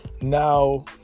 Now